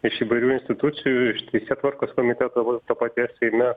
iš įvairių institucijų iš teisėtvarkos komiteto to paties seime